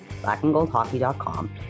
blackandgoldhockey.com